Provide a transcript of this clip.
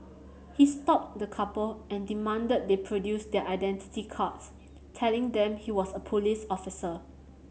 he stopped the couple and demanded they produce their identity cards telling them he was a police officer